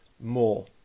more